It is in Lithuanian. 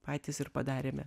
patys ir padarėme